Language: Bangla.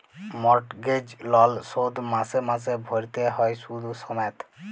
মর্টগেজ লল শোধ মাসে মাসে ভ্যইরতে হ্যয় সুদ সমেত